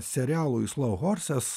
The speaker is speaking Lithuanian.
serialui slo horses